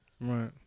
Right